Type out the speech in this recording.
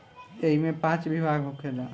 ऐइमे पाँच विभाग होखेला